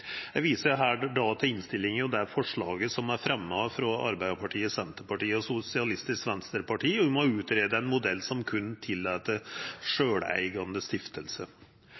Eg viser her til innstillinga og det forslaget som er fremja frå Arbeidarpartiet, Senterpartiet og Sosialistisk Venstreparti, om å greia ut ein modell som berre tillèt sjølveigande